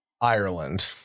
Ireland